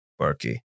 barkey